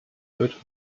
wird